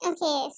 Okay